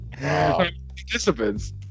participants